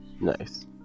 Nice